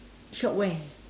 shop where